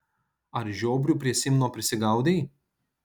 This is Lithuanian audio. ar žiobrių prie simno prisigaudei